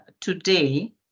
today